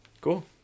Cool